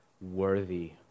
worthy